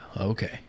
okay